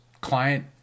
client